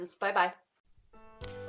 Bye-bye